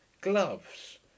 gloves